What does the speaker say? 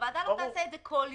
הוועדה לא תעשה את זה כל יום,